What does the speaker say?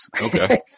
Okay